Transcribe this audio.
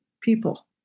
people